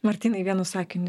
martynai vienu sakiniu